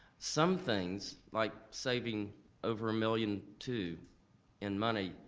some things, like saving over a million two in money,